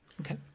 Okay